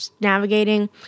navigating